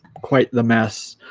quite the mess